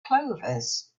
clovers